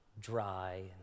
dry